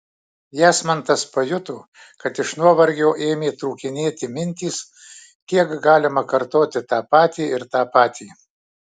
jasmantas pajuto kad iš nuovargio ėmė trūkinėti mintys kiek galima kartoti tą patį ir tą patį